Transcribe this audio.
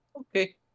okay